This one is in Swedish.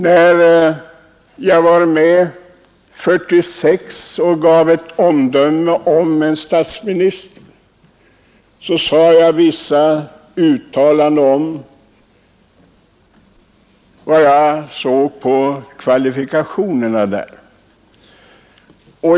När jag 1946 gav ett omdöme om en statsminister uttalade jag mig om hans kvalifikationer.